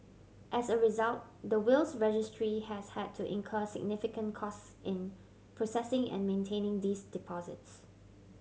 as a result the Wills Registry has had to incur significant costs in processing and maintaining these deposits